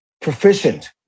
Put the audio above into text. Proficient